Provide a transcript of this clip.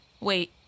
wait